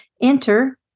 Enter